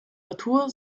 natur